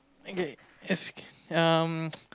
okay um